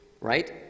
right